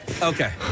Okay